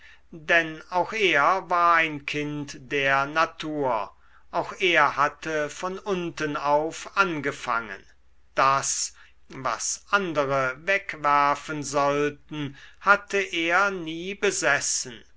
denn auch er war ein kind der natur auch er hatte von unten auf angefangen das was andere wegwerfen sollten hatte er nie besessen